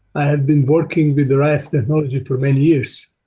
i have been working with rife technology for many years.